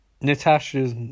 Natasha's